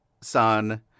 son